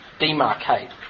demarcate